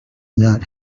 not